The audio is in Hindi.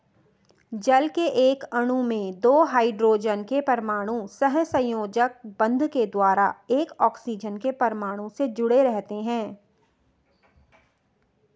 जल के एक अणु में दो हाइड्रोजन के परमाणु सहसंयोजक बंध के द्वारा एक ऑक्सीजन के परमाणु से जुडे़ रहते हैं